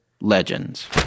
legends